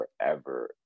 forever